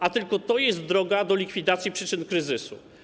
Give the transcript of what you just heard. A tylko to jest drogą do likwidacji przyczyn kryzysu.